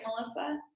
Melissa